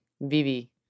Vivi